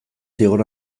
zigor